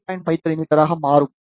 53 மீட்டராக மாறும்